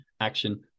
action